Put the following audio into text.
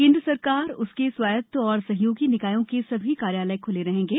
कैंद्र सरकार उसके स्वायत्त और सहयोगी निकायों के सभी कार्यालय खुले रहेंगे